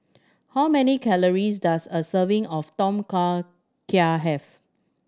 how many calories does a serving of Tom Kha Gai have